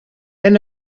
end